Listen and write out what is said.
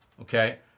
Okay